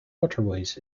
waterways